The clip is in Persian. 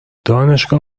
دانشگاه